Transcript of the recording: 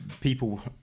people